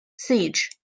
siege